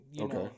Okay